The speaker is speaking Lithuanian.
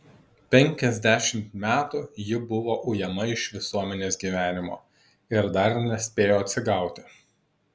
penkiasdešimt metų ji buvo ujama iš visuomenės gyvenimo ir dar nespėjo atsigauti